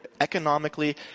economically